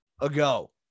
ago